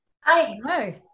Hi